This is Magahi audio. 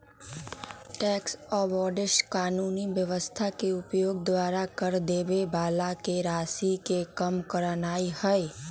टैक्स अवॉइडेंस कानूनी व्यवस्था के उपयोग द्वारा कर देबे बला के राशि के कम करनाइ हइ